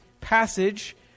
passage